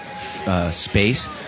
Space